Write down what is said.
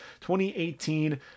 2018